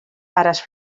pares